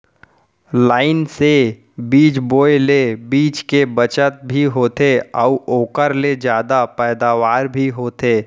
line से बीज बोए ले बीच के बचत भी होथे अउ ओकर ले जादा पैदावार भी होथे